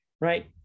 right